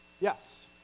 yes